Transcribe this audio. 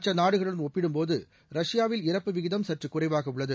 மற்ற நாடுகளுடன் ஒப்பிடும் போது ரஷ்யாவில் இறப்பு விகிதம் சற்று குறைவாக உள்ளது